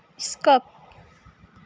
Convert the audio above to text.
skip